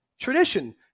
tradition